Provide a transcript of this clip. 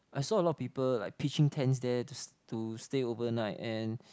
I saw a lot of people like pitching tents there to to stay overnight and